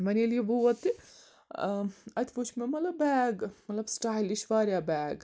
وۄنۍ ییٚلہِ یہِ ووت تہِ اَتہِ وُچھ مےٚ مطلب بیگ مطلب سٹایلِش واریاہ بیگ